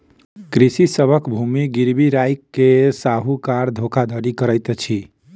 कृषक सभक भूमि गिरवी राइख के साहूकार धोखाधड़ी करैत अछि